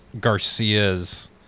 Garcia's